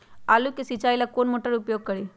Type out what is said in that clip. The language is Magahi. आलू के सिंचाई ला कौन मोटर उपयोग करी?